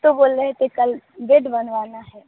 تو بول رہے تھے کل بڈ بنوانا ہے